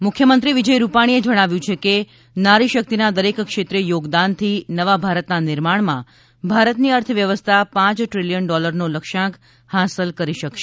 ત મુખ્યમંત્રી વિજય રૂપાણીએ જણાવ્યુ છે કે નારી શક્તિના દરેક ક્ષેત્રે યોગદાન થી નવા ભારતના નિર્માણમાં ભારતની અર્થ વ્યવસ્થા પાંચ ટ્રિલીયન ડોલરનો લક્ષ્યાંક હાંસલ કરી શકશે